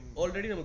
already